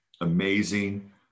amazing